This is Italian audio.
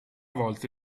volte